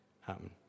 happen